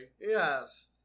Yes